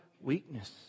weakness